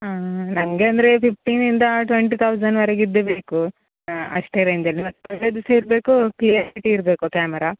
ಹಾಂ ನನಗೆ ಅಂದರೆ ಫಿಫ್ಟೀನಿಂದ ಟ್ವೆಂಟಿ ತೌಸನ್ವರೆಗಿದ್ದೆ ಬೇಕು ಹಾಂ ಅಷ್ಟೆ ರೇಂಜಲ್ಲಿ ಮತ್ತು ಒಳ್ಳೆಯದು ಸಹ ಇರಬೇಕು ಕ್ಲಿಯರಿಟಿ ಇರಬೇಕು ಕ್ಯಾಮರ